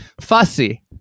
Fussy